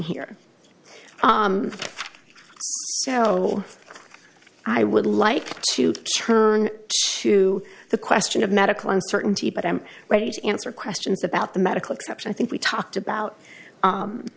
here so i would like to turn to the question of medical uncertainty but i am ready to answer questions about the medical exception i think we talked about